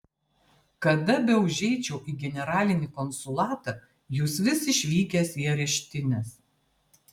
kada beužeičiau į generalinį konsulatą jūs vis išvykęs į areštines